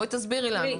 בואי תסבירי לנו.